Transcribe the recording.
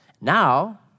Now